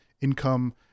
income